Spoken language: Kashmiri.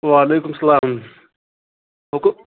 وعلیکُم السلام حُکُم